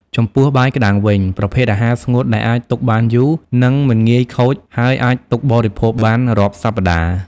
ចំពោះបាយក្ដាំងវិញ ប្រភេទអាហារស្ងួតដែលអាចទុកបានយូរ នេងមិនងាយខូចហើយអាចទុកបរិភោគបានរាប់សប្តាហ៍។ ។